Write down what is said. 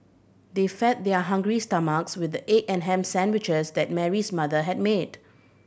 they fed their hungry stomachs with the egg and ham sandwiches that Mary's mother had made